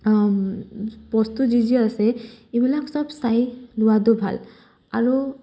বস্তু যি যি আছে এইবিলাক চব চাই লোৱাটো ভাল আৰু